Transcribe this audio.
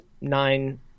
nine